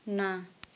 ନା